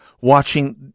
watching